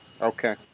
Okay